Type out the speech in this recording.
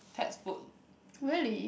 textbook